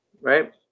right